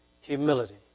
Humility